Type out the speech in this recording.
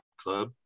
club